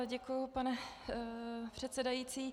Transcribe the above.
Děkuji, pane předsedající.